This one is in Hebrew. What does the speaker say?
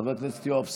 חבר הכנסת יואב סגלוביץ'